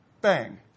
bang